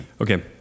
Okay